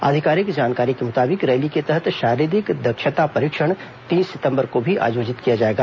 आधिकारिक जानकारी के मुताबिक रैली के तहत शारीरिक दक्षता परीक्षण तीन सितंबर को भी आयोजित किया जाएगा